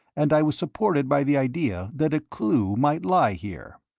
and i was supported by the idea that a clue might lie here.